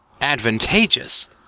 advantageous